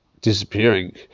disappearing